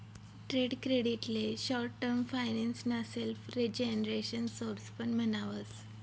trade credit ले short term finance ना self generation source पण म्हणावस